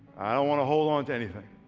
i don't want to hold on to anything